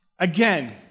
Again